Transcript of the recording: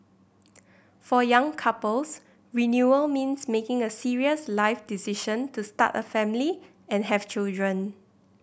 for young couples renewal means making a serious life decision to start a family and have children